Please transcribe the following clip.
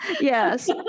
Yes